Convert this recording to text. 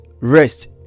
rest